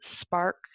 spark